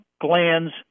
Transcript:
glands